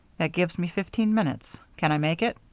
that gives me fifteen minutes. can i make it?